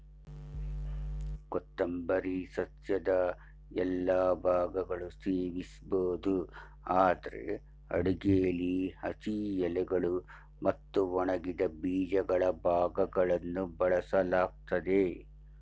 ಕೊತ್ತಂಬರಿ ಸಸ್ಯದ ಎಲ್ಲಾ ಭಾಗಗಳು ಸೇವಿಸ್ಬೋದು ಆದ್ರೆ ಅಡುಗೆಲಿ ಹಸಿ ಎಲೆಗಳು ಮತ್ತು ಒಣಗಿದ ಬೀಜಗಳ ಭಾಗಗಳನ್ನು ಬಳಸಲಾಗ್ತದೆ